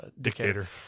dictator